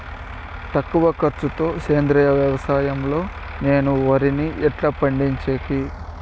తక్కువ ఖర్చు తో సేంద్రియ వ్యవసాయం లో నేను వరిని ఎట్లా పండించేకి?